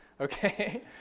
okay